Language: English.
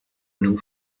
new